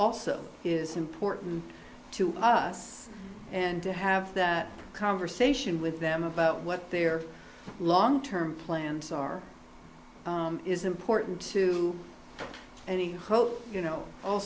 also is important to us and to have that conversation with them about what their long term plans are is important to any hope you know all